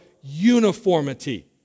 uniformity